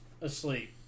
asleep